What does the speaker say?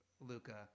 Luca